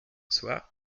soit